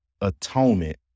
atonement